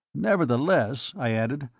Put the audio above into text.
nevertheless, i added,